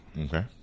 Okay